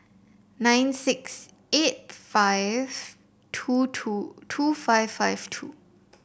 nine six eight five two two two five five two